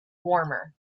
warmer